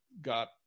got